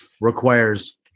requires